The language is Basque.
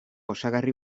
osagarri